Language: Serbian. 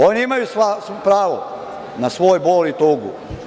Oni imaju pravo na svoj bol i tugu.